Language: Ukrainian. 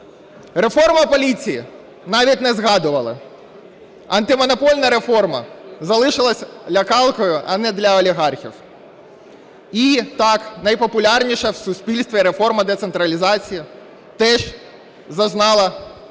Реформа поліції, навіть не згадували, антимонопольна реформа залишилася лякалкою, а не для олігархів. І так найпопулярніша в суспільстві реформа децентралізації теж зазнала значної